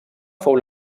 fou